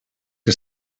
que